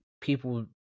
people